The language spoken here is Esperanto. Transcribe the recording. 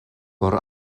por